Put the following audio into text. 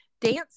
dance